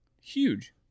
huge